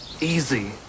Easy